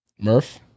Murph